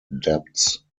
debts